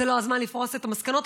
זה לא הזמן לפרוס את המסקנות,